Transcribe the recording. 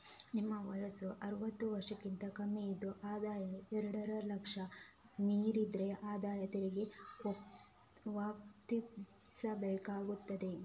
ನಿಮ್ಮ ವಯಸ್ಸು ಅರುವತ್ತು ವರ್ಷಕ್ಕಿಂತ ಕಮ್ಮಿ ಇದ್ದು ಆದಾಯ ಎರಡೂವರೆ ಲಕ್ಷ ಮೀರಿದ್ರೆ ಆದಾಯ ತೆರಿಗೆ ಪಾವತಿಸ್ಬೇಕಾಗ್ತದೆ